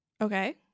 Okay